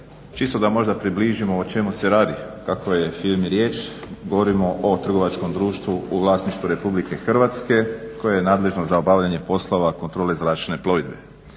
Čisto da možda približimo o čemu se radi, o kakvoj je firmi riječi, govorimo o trgovačkom društvu u vlasništvu RH koje je nadležno za obavljanje poslova kontrole zračne plovidbe.